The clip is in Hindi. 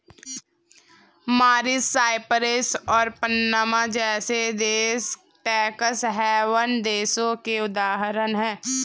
मॉरीशस, साइप्रस और पनामा जैसे देश टैक्स हैवन देशों के उदाहरण है